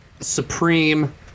supreme